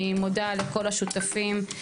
אני מודה לכל השותפים.